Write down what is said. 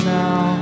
now